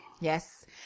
yes